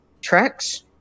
tracks